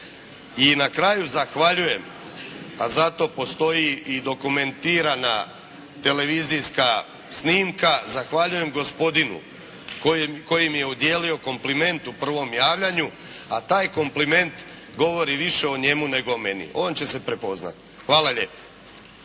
I na kraju zahvaljujem, a zato postoji i dokumentirana televizijska snimka. Zahvaljujem gospodinu koji mi je udijelio kompliment u prvom javljanju, a taj kompliment govori više o njemu, nego o meni. On će se prepoznati. Hvala lijepa.